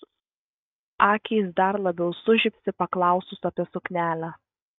akys dar labiau sužibsi paklausus apie suknelę